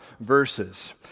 verses